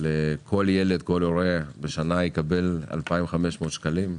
על כל ילד כל הורה יקבל בשנה 2,500 שקלים,